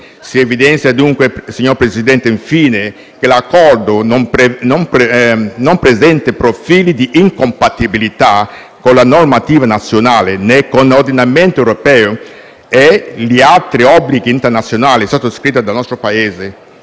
Si evidenzia, infine, signor Presidente, che l'Accordo non presenta profili di incompatibilità con la normativa nazionale, né con l'ordinamento europeo e gli altri obblighi internazionali sottoscritti dal nostro Paese.